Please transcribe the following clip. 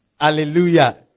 Hallelujah